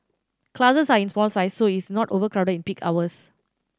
classes are in small size so it is not overcrowded in peak hours